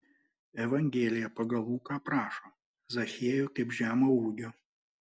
evangelija pagal luką aprašo zachiejų kaip žemo ūgio